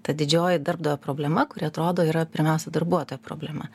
ta didžioji darbdavio problema kuri atrodo yra pirmiausia darbuotojo problema